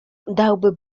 dałby